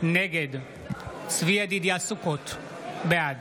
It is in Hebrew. נגד צבי ידידיה סוכות, בעד